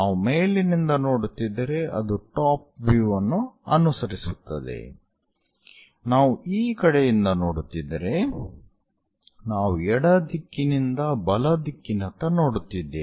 ನಾವು ಮೇಲಿನಿಂದ ನೋಡುತ್ತಿದ್ದರೆ ಅದು ಟಾಪ್ ವ್ಯೂ ಅನ್ನು ಅನುಸರಿಸುತ್ತದೆ ನಾವು ಈ ಕಡೆಯಿಂದ ನೋಡುತ್ತಿದ್ದರೆ ನಾವು ಎಡ ದಿಕ್ಕಿನಿಂದ ಬಲ ದಿಕ್ಕಿನತ್ತ ನೋಡುತ್ತಿದ್ದೇವೆ